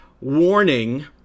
Warning